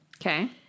Okay